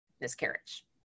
miscarriage